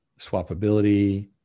Swappability